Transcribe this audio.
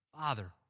Father